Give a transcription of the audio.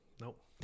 Nope